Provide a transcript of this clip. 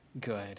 good